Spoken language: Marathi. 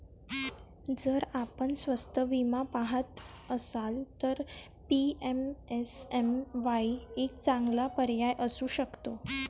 जर आपण स्वस्त विमा पहात असाल तर पी.एम.एस.एम.वाई एक चांगला पर्याय असू शकतो